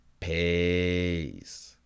Peace